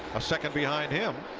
a second behind him.